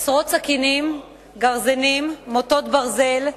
עשרות סכינים, גרזנים, מוטות ברזל,